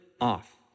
off